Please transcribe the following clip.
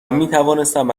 میتوانستم